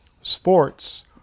sports